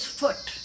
foot